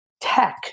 tech